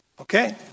Okay